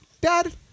dad